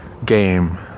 game